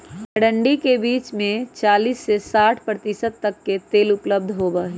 अरंडी के बीज में चालीस से साठ प्रतिशत तक तेल उपलब्ध होबा हई